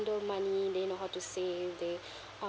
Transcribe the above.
~dle money they know how to save they